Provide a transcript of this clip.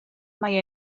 mae